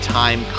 time